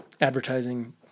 advertising